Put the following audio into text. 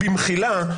במחילה,